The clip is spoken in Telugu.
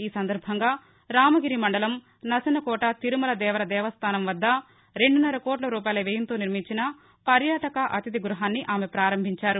ఈ సందర్భంగా రామగిరి మండలం నసనకోట తిరుమల దేవర దేవస్థాసం వద్ద రెండున్నర కోట్ల రూపాయల వ్యయంతో నిర్మించిన పర్యాటక అతిధిగృహాన్ని ఆమె ప్రారంభించారు